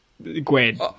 Gwen